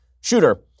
shooter